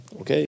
Okay